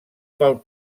pel